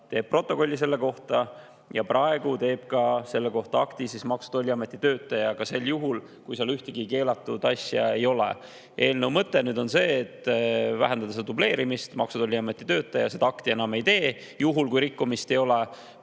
teeb protokolli selle kohta ja praegu teeb selle kohta akti ka Maksu- ja Tolliameti töötaja, aga sel juhul, kui seal ühtegi keelatud asja ei ole. Eelnõu mõte on vähendada dubleerimist. Maksu- ja Tolliameti töötaja seda akti enam ei tee, juhul kui rikkumist ei ole.